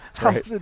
right